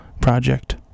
project